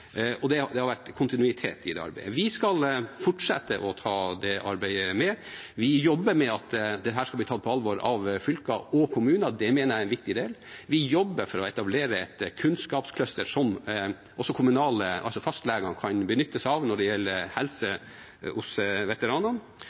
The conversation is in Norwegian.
ta dette arbeidet med. Vi jobber med at dette skal bli tatt på alvor av fylker og kommuner, det mener jeg er en viktig del. Vi jobber for å etablere et kunnskapscluster som også fastlegene kan benytte seg av når det gjelder helse hos